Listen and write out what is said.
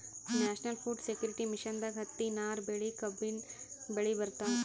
national food security ಮಿಷನ್ದಾಗ್ ಹತ್ತಿ, ನಾರ್ ಬೆಳಿ, ಕಬ್ಬಿನ್ ಬೆಳಿ ಬರ್ತವ್